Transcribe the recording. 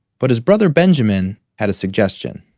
but his brother benjamin had a suggestion.